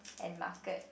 and market